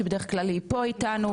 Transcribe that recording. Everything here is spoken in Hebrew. שבדרך כלל היא פה איתנו,